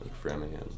Framingham